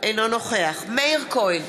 אינו נוכח מאיר כהן,